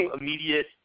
immediate